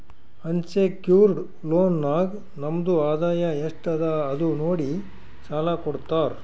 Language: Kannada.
ಅನ್ಸೆಕ್ಯೂರ್ಡ್ ಲೋನ್ ನಾಗ್ ನಮ್ದು ಆದಾಯ ಎಸ್ಟ್ ಅದ ಅದು ನೋಡಿ ಸಾಲಾ ಕೊಡ್ತಾರ್